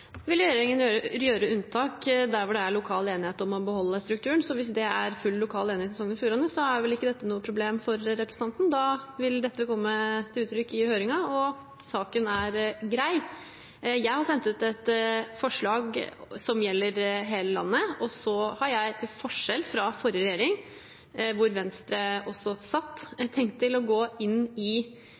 vil regjeringen gjøre unntak der hvor det er lokal enighet om å beholde strukturen. Så hvis det er full lokal enighet i Sogn og Fjordane, er vel ikke dette noe problem for representanten. Da vil dette komme til uttrykk i høringen, og saken er grei. Jeg har sendt ut et forslag som gjelder hele landet, og så har jeg – til forskjell fra forrige regjering, hvor Venstre også satt – tenkt å gå inn i